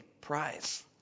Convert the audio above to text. prize